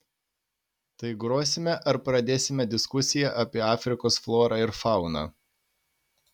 tai grosime ar pradėsime diskusiją apie afrikos florą ir fauną